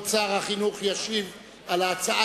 כבוד שר החינוך ישיב על ההצעה